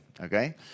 okay